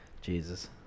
jesus